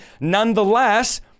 Nonetheless